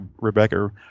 Rebecca